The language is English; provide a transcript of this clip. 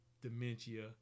dementia